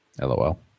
LOL